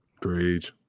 great